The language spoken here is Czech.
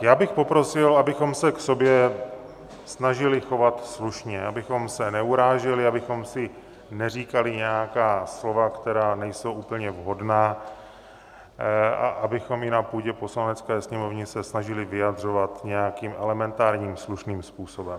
Já bych poprosil, abychom se k sobě snažili chovat slušně, abychom se neuráželi, abychom si neříkali nějaká slova, která nejsou úplně vhodná, a abychom se i na půdě Poslanecké sněmovny snažili vyjadřovat nějakým elementárním slušným způsobem.